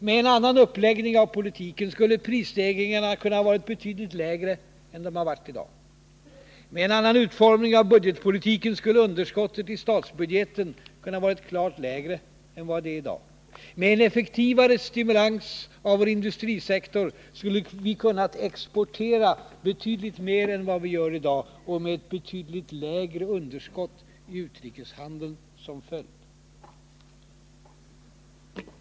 Med en annan uppläggning av politiken skulle prisstegringarna kunnat vara betydligt lägre. Med en annan utformning av budgetpolitiken skulle underskottet i statsbudgeten kunnat vara klart lägre än vad det är i dag. Med en effektivare stimulans av vår industrisektor skulle vi kunnat exportera betydligt mer än vad vi gör i dag, med ett betydligt lägre underskott i utrikeshandeln som följd.